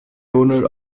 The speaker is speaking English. owners